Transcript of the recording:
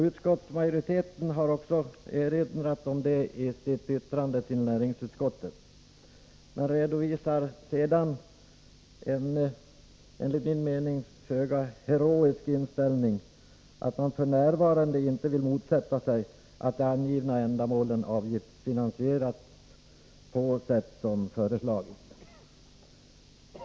Utskottsmajoriteten har också erinrat om det i sitt yttrande till näringsutskottet men redovisar sedan en enligt min uppfattning föga heroisk inställning, att man f. n. inte vill motsätta sig att de angivna ändamålen avgiftsfinansieras på sätt som föreslagits.